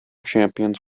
champions